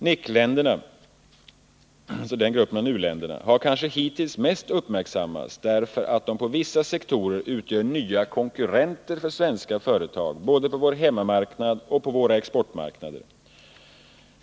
NIC-länderna har kanske hittills mest uppmärksammats därför att de på vissa sektorer utgör nya konkurrenter för svenska företag både på vår hemmamarknad och på våra exportmarknader.